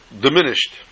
diminished